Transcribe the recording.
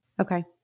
Okay